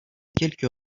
quelques